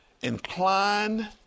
incline